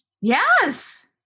Yes